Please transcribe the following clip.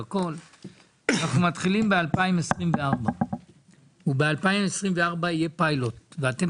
אנחנו מתחילים ב-2024 ובשנת 2024 יהיה פיילוט ואתם